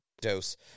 Dose